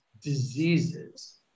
diseases